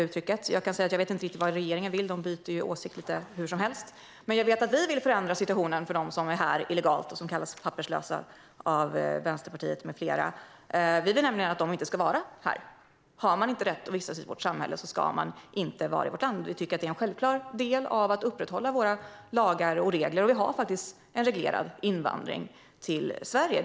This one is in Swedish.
Jag vet inte riktigt vad regeringen vill - de byter ju åsikt lite hur som helst - men jag vet att vi vill förändra situationen för dem som är här illegalt och som kallas papperslösa av Vänsterpartiet med flera. Vi vill nämligen att de inte ska vara här. Har man inte rätt att vistas i vårt samhälle ska man inte vara i vårt land. Vi tycker att det är en självklar del av att upprätthålla våra lagar och regler. Vi har faktiskt en reglerad invandring till Sverige.